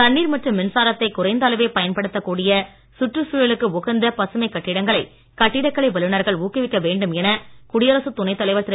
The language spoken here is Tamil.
தண்ணீர் மற்றும் மின்சாரத்தைக் குறைந்த அளவே பயன்படுத்தக் கூடிய சுற்றுச் சூழலுக்கு உகந்த பசுமைக் கட்டிடங்களை கட்டிடக் கலை வல்லுநர்கள் ஊக்குவிக்க வேண்டும் என குடியரசுத் துணைத் தலைவர் திரு